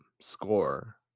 score